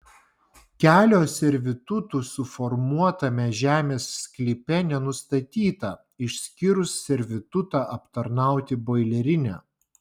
kelio servitutų suformuotame žemės sklype nenustatyta išskyrus servitutą aptarnauti boilerinę